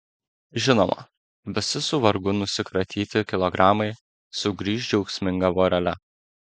žinoma visi su vargu nusikratyti kilogramai sugrįš džiaugsminga vorele